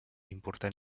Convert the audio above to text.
important